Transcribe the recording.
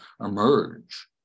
emerge